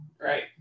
Right